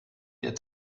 der